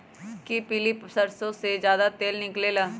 कि पीली सरसों से ज्यादा तेल निकले ला?